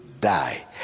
die